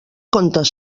contes